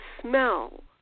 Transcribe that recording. smell